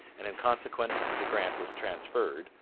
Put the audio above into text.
and in consequence the grant was transferred,